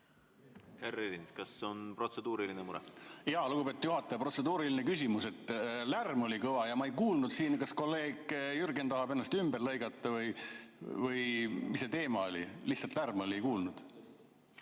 kas on protseduuriline mure?